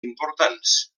importants